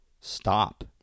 stop